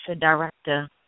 director